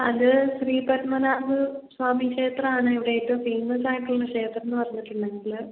അത് ശ്രീ പദ്മനാഭ സ്വാമി ക്ഷേത്രമാണ് ഇവിടെ ഏറ്റവും ഫേമസ് ആയിട്ടുള്ള ക്ഷേത്രമെന്ന് പറഞ്ഞിട്ടുണ്ടെങ്കിൽ